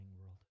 world